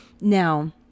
Now